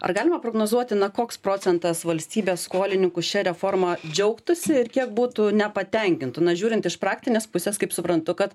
ar galima prognozuoti na koks procentas valstybės skolininkų šia reforma džiaugtųsi ir kiek būtų nepatenkintų na žiūrint iš praktinės pusės kaip suprantu kad